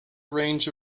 range